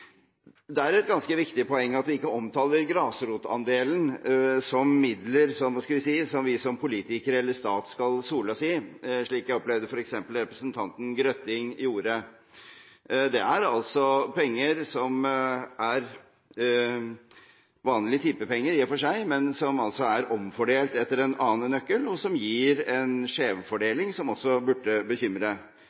Det er et ganske viktig poeng at vi ikke omtaler grasrotandelen som midler som vi som politikere eller stat – hva skal vi si – skal sole oss i, slik jeg opplevde at f.eks. representanten Grøtting gjorde. Dette er altså penger som er vanlige tippepenger i og for seg, men som er omfordelt etter en annen nøkkel, og som gir en skjevfordeling, som også burde bekymre.